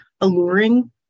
alluring